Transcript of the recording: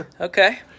Okay